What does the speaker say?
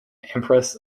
empress